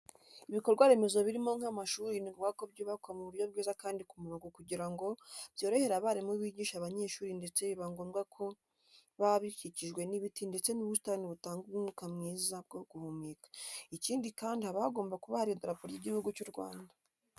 Ibikorwa remezo birimo nk'amashuri ni ngombwa ko byubakwa mu buryo bwiza kandi ku murongo kugira ngo byorohere abarimu bigisha abanyeshuri ndetse biba bigomba kuba bikikijwe n'ibiti ndetse n'ubusitani butanga umwuka mwiza wo guhumeka, ikindi kandi haba hagomba kuba hari idarapo ry'Igihugu cy'u Rwanda.